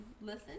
listen